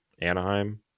Anaheim